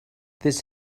this